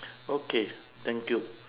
okay thank you